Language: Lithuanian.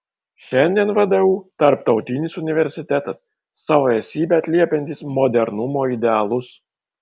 šiandien vdu tarptautinis universitetas savo esybe atliepiantis modernumo idealus